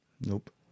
Nope